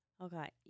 Okay